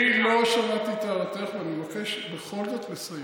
אני לא שמעתי את הערתך, ואני מבקש בכל זאת לסיים.